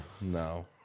No